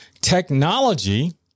technology